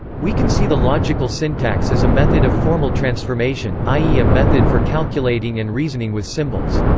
we can see the logical syntax as a method of formal transformation, i e. a method for calculating and reasoning with symbols.